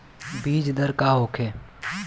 बीजदर का होखे?